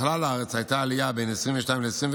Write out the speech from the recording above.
בכלל הארץ הייתה עלייה בין 2021 ל-2022